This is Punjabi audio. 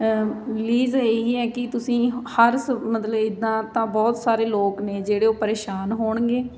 ਪਲੀਜ਼ ਇਹੀ ਹੈ ਕਿ ਤੁਸੀਂ ਹਰ ਸ ਮਤਲਬ ਇੱਦਾਂ ਤਾਂ ਬਹੁਤ ਸਾਰੇ ਲੋਕ ਨੇ ਜਿਹੜੇ ਉਹ ਪਰੇਸ਼ਾਨ ਹੋਣਗੇ